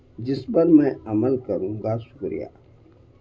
جس پر میں عمل کروں گا شکریہ